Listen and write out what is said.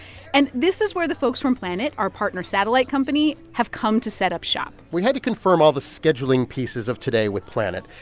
and this is where the folks from planet, our partner satellite company, have come to set up shop we had to confirm all the scheduling pieces of today with planet.